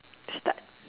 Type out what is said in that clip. start